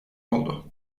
oldu